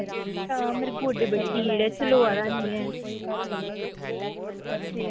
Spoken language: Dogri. हां मेरे गोड्डे बड़ी पीड़ ऐ चलोआ दा हैनी ऐ